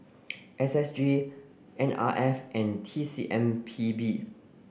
S S G N R F and T C M P B